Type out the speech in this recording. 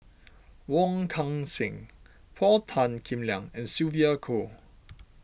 Wong Kan Seng Paul Tan Kim Liang and Sylvia Kho